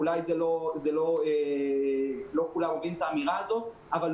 אולי לא כולם אומרים את האמירה הזאת לא